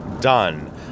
done